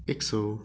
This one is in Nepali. एक सौ